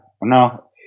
no